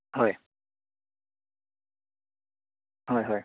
হয় হয় হয়